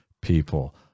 people